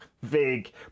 vague